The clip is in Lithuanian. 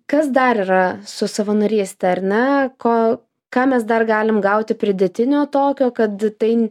kas dar yra su savanoryste ar ne ko ką mes dar galim gauti pridėtinio tokio kad tai